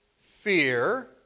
fear